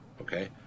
Okay